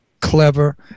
clever